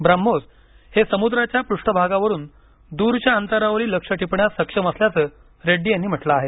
ब्रह्मोस हे समुद्राच्या पृष्ठभागावरून दूरच्या अंतरावरील लक्ष्य टिपण्यास सक्षम असल्याचं रेड्डी यांनी म्हटलं आहे